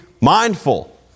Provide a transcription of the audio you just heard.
mindful